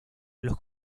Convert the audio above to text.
los